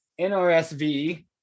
nrsv